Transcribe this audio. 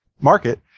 market